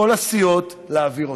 כל הסיעות, להעביר אותם.